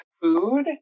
food